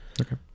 Okay